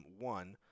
One